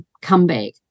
comeback